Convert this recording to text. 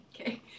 okay